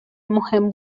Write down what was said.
مهم